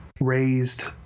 raised